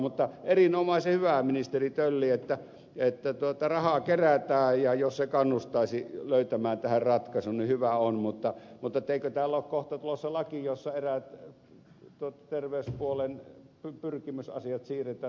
mutta erinomaisen hyvä ministeri tölli että rahaa kerätään ja jos se kannustaisi löytämään tähän ratkaisun niin hyvä on mutta eikö täällä ole kohta tulossa laki jossa eräät terveyspuolen pyrkimysasiat siirretään